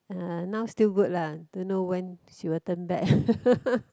uh now still good lah don't know when she will turn back